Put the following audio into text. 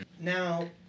Now